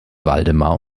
waldemar